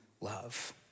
love